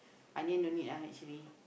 onion don't need [a] actually